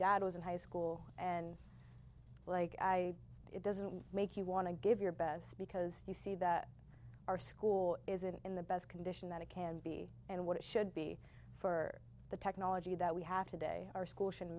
dad was in high school and like i it doesn't make you want to give your best because you see that our school is in the best condition that it can be and what it should be for the technology that we have today our school should